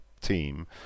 team